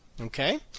okay